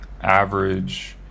average